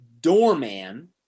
Doorman